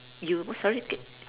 you what sorry aga~